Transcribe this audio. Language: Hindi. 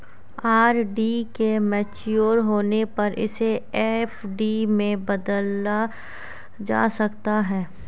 आर.डी के मेच्योर होने पर इसे एफ.डी में बदला जा सकता है